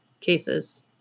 cases